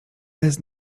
bez